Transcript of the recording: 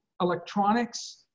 electronics